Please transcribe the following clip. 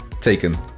taken